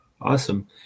awesome